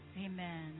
Amen